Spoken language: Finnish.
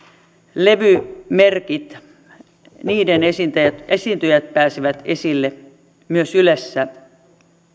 levymerkkien esiintyjät esiintyjät pääsevät esille myös ylessä